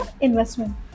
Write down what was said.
Investment